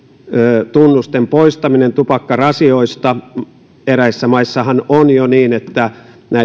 bränditunnusten poistaminen tupakkarasioista eräissä maissahan on jo niin että